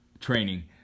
Training